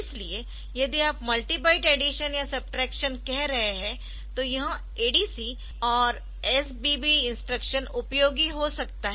इसलिए यदि आप मल्टी बाइट एडिशन या सब्ट्रैक्शन कह रहे है तो यह ADC और SBB इंस्ट्रक्शन उपयोगी हो सकता है